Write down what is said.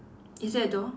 is there a door